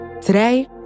Today